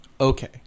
Okay